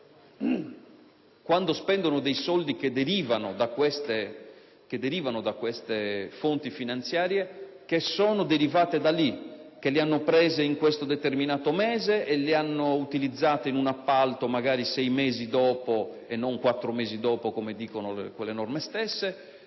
quando spendono dei soldi che derivano da queste fonti finanziarie, che sono derivati da lì, che li hanno presi in un determinato mese e li hanno utilizzati in un appalto, magari dopo sei mesi e non quattro, come dicono le norme stesse.